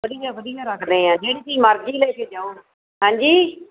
ਵਧੀਆ ਵਧੀਆ ਰੱਖਦੇ ਹੈ ਜਿਹੜੀ ਚੀਜ਼ ਮਰਜ਼ੀ ਲੈ ਕੇ ਜਾਓ ਹਾਂਜੀ